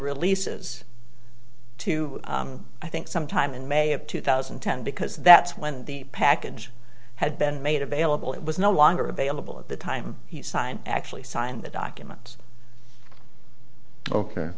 releases to i think sometime in may of two thousand and ten because that's when the package had been made available it was no longer available at the time he signed actually signed the documents ok